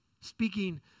Speaking